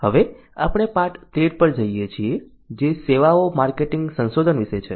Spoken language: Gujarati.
હવે આપણે પાઠ 13 પર જઈએ છીએ જે સેવાઓ માર્કેટિંગ સંશોધન વિશે છે